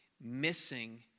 missing